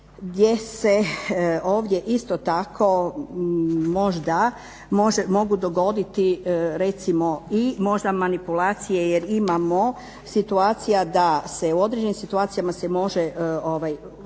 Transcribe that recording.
gdje se ovdje isto tako možda mogu dogoditi recimo i možda manipulacije jer imamo situacija da se u određenim situacijama se može,